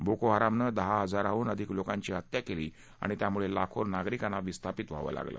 बोकोहरामनं दहा हजाराहून अधिक लोकांची हत्या केली आणि त्यामुळे लाखो नागरिकांना विस्थापित व्हावं लागलं